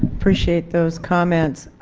appreciate those comments.